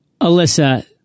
Alyssa